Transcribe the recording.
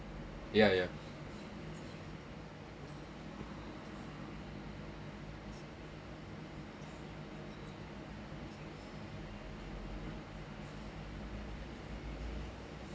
yeah yeah